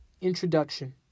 Introduction